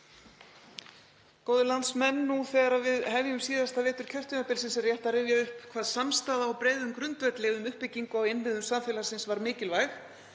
Góðir landsmenn. Nú þegar við hefjum síðasta vetur kjörtímabilsins er rétt að rifja upp hvað samstaða á breiðum grundvelli um uppbyggingu á innviðum samfélagsins var mikilvæg